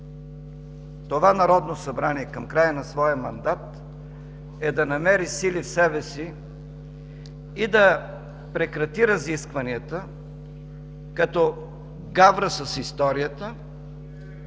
това Народно събрание към края на своя мандат, е да намери сили в себе си и да прекрати разискванията като гавра с историята